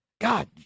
God